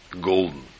golden